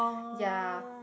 ya